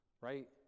right